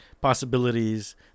possibilities